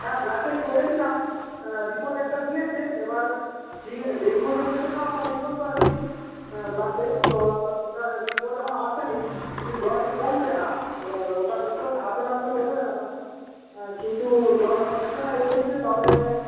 হ্যাঁ blood test করিয়েছিলাম report একটা দিয়েছে এবার ডেঙ্গু জ্বরের জন্য রিপোর্ট করাচ্ছি ব্লাড টেস্ট তো ওটার রিপোর্ট এখনও আসেনি কিন্তু জ্বর তো কমছে না এবার ওটা রিপোর্ট হাতে না পেলে বোঝা যাবে না কিন্তু জ্বর কমছে না এই ওষুধে তাহলে